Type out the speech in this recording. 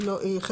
היא לא,